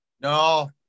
No